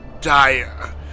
dire